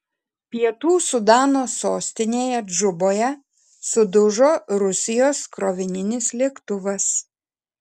pietų sudano sostinėje džuboje sudužo rusijos krovininis lėktuvas